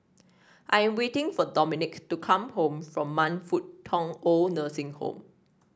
I am waiting for Dominick to come back from Man Fut Tong OId Nursing Home